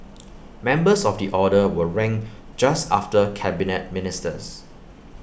members of the order were ranked just after Cabinet Ministers